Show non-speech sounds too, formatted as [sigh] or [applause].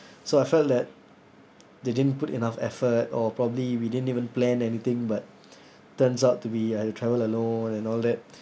so I felt that they didn't put enough effort or probably we didn't even plan anything but [breath] turns out to be I travel alone and all that